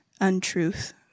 untruth